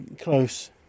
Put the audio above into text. Close